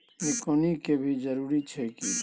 निकौनी के भी जरूरी छै की?